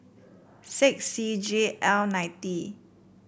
six C G L nine D